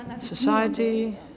Society